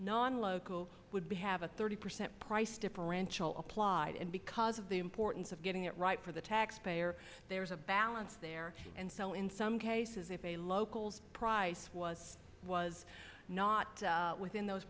non locals would be have a thirty percent price differential applied and because of the importance of getting it right for the taxpayer there is a balance there and so in some cases if a local's price was was not within those